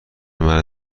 مرد